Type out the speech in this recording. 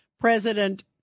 president